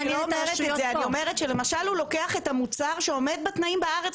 אני אומרת שאם למשל הוא לוקח את המוצר שעומד בתנאים בארץ,